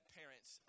parents